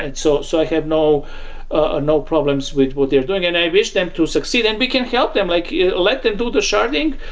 and so so i have no ah no problems with what they're doing. and i wish them to succeed, and we can help them, like let them do the sharding.